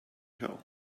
hill